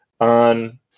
on